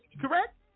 correct